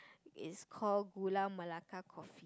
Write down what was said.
is call Gula-Melaka coffee